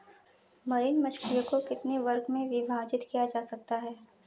Marine मछलियों को कितने वर्गों में विभाजित किया जा सकता है?